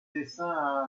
dessin